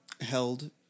held